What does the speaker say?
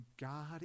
God